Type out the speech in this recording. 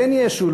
כן ישו,